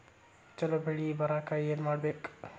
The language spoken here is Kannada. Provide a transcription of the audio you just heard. ಛಲೋ ಬೆಳಿ ಬರಾಕ ಏನ್ ಮಾಡ್ಬೇಕ್?